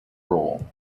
role